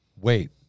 wait